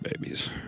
babies